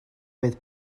fydd